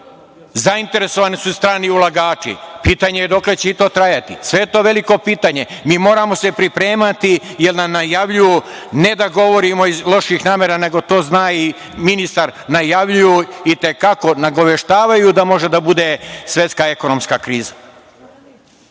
zainteresovani su strani ulagači, pitanje je dokle će i to trajati. Sve je to veliko pitanje. Mi se moramo pripremati jer nam najavljuju, ne da govorimo iz loših namera, nego to zna i ministar, najavljuju i te kako, nagoveštavaju da može da bude svetska ekonomska kriza. Ne